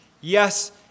Yes